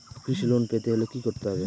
কৃষি লোন পেতে হলে কি করতে হবে?